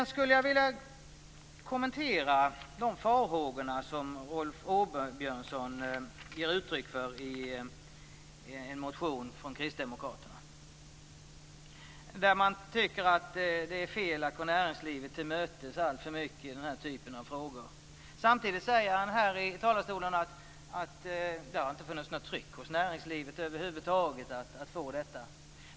Jag skulle vilja kommentera de farhågor som Rolf Åbjörnsson ger uttryck för i en motion från Kristdemokraterna. Där tycker man att det är fel att gå näringslivet till mötes alltför mycket i den här typen av frågor. Samtidigt säger han här i talarstolen att det inte har funnits något tryck hos näringslivet över huvud taget att få detta.